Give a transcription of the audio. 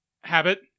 Habit